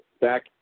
back